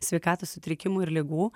sveikatos sutrikimų ir ligų